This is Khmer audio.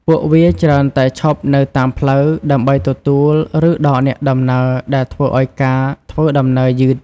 ពួកវាច្រើនតែឈប់នៅតាមផ្លូវដើម្បីទទួលឬដកអ្នកដំណើរដែលធ្វើឱ្យការធ្វើដំណើរយឺត។